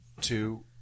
two